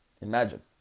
Imagine